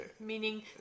Meaning